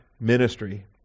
ministry